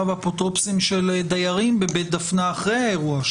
ואפוטרופסים של דיירים בבית דפנה אחרי האירוע,